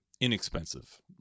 inexpensive